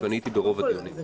ואני הייתי ברוב הדיונים.